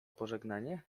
pożegnanie